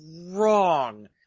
wrong